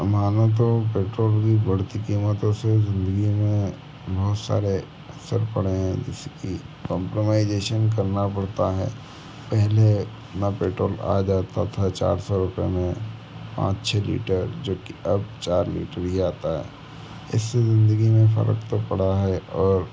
मानो तो पेट्रोल की बढ़ती कीमतों से ज़िन्दगी में बहुत सारे असर पड़े हैं उसकी कॉम्प्रोमाइजेशन करना पड़ता है पहले में पेट्रोल आ जाता था चार सौ रुपए में पॉंच छ लीटर जो की अब चार लीटर ही आता है इससे ज़िन्दगी में फ़र्क तो पड़ा है और